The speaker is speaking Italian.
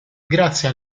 grazie